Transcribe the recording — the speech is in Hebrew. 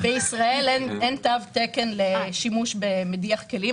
בישראל אין תו תקן לשימוש במדיח כלים.